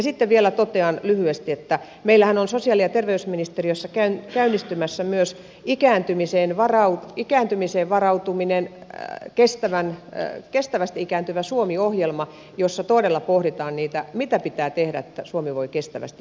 sitten vielä totean lyhyesti että meillähän on sosiaali ja terveysministeriössä käynnistymässä myös ikääntymiseen varautuminen ohjelma kestävästi ikääntyvälle suomelle jossa todella pohditaan mitä pitää tehdä että suomi voi kestävästi ikääntyä